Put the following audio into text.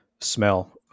smell